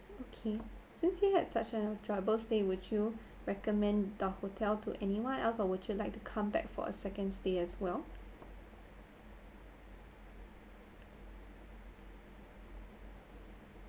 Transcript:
okay since you had such an enjoyable stay would you recommend the hotel to anyone else or would you like to come back for a second stay as well